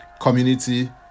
community